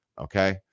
okay